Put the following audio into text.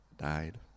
died